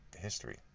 history